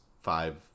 five